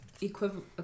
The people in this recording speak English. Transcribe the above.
equivalent